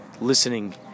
listening